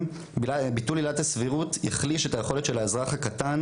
ביטול עילת הסבירות יחליש את היכולת של האזרח הקטן,